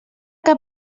que